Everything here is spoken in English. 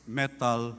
metal